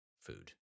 food